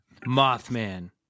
Mothman